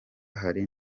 hari